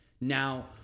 Now